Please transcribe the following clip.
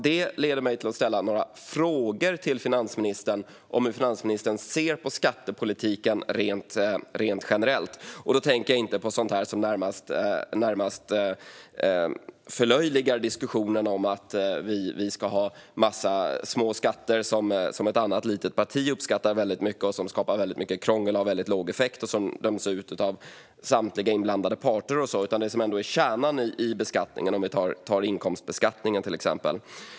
Detta föranleder mig att ställa några frågor till finansministern om hur hon ser på skattepolitiken rent generellt. Då tänker jag inte på sådant som närmast förlöjligar diskussionen, som att vi ska ha en massa små skatter som ett annat litet parti uppskattar väldigt mycket men som skapar väldigt mycket krångel, har väldigt låg effekt och döms ut av samtliga inblandade parter. Jag tänker i stället på det som ändå är kärnan till exempel i inkomstbeskattningen.